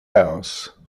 house